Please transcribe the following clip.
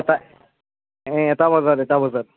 এটা এটা বজাত এটা বজাত